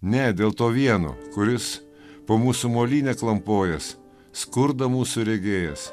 ne dėl to vieno kuris po mūsų molynę klampojęs skurdo mūsų regėjęs